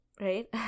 right